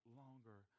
longer